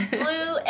blue